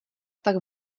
tak